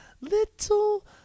Little